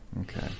Okay